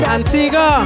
Antigua